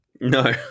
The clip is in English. No